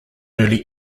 early